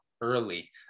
early